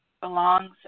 Belongs